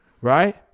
right